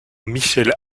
michel